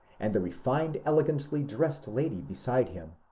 and the refined elegantly dressed lady beside him,